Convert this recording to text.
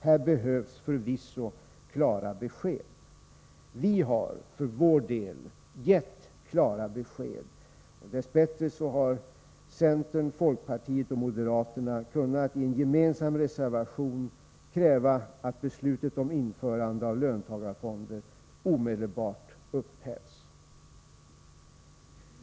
Här behövs förvisso klara besked. Vi har för vår del gett sådana. Dess bättre har centern, folkpartiet och moderaterna i en gemensam resérvation kunnat enas om att kräva att beslutet om införande av löntagarfonder omedelbart upphävs.